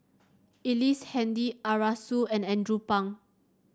Ellice Handy Arasu and Andrew Phang